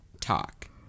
talk